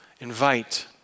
invite